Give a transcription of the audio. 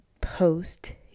post